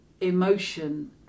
emotion